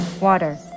water